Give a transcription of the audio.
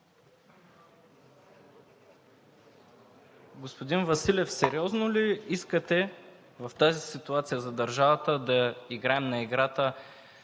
Господин Василев, сериозно ли искате в тази ситуация за държавата да играем на играта